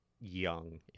young